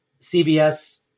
CBS